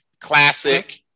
Classic